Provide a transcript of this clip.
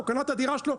הוא קנה את הדירה שלו,